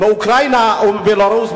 באוקראינה או בבלרוס,